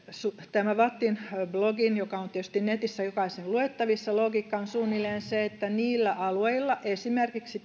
tämän vattin blogin joka on tietysti netissä jokaisen luettavissa logiikka on suunnilleen se että niillä alueilla esimerkiksi